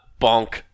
bonk